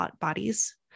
bodies